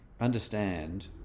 understand